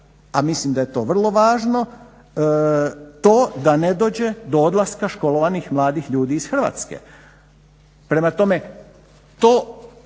a mislim da je to vrlo važno to da ne dođe do odlaska školovanih mladih ljudi iz Hrvatske. Prema tome, to,